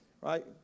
right